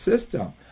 system